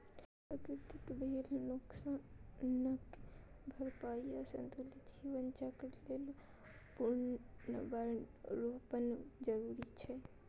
प्रकृतिक भेल नोकसानक भरपाइ आ संतुलित जीवन चक्र लेल पुनर्वनरोपण जरूरी छै